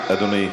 חיכינו, אדוני,